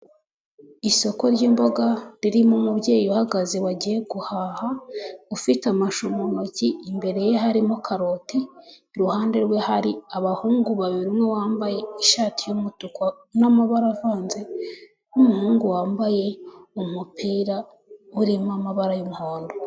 Isoko ry'imboga ririmo umubyeyi uhagaze wagiye guhaha, ufite amashu mu ntoki imbere ye harimo karoti iruhande rwe, hari abahungu babiri umwe wambaye ishati y'umutuku n'amabara avanze, umuhungu wambaye umupira urimo amabara y'umuhondo.